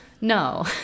no